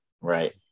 right